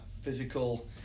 physical